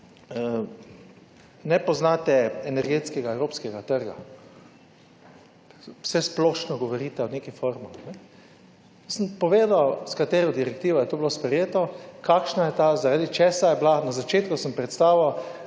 ne poznate energetskega evropskega trga, vsesplošno govorite o neki formuli. Sem povedal s katero direktivo je to bilo sprejeto, kakšna je ta, zaradi česa je bila. Na začetku sem predstavil